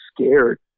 scared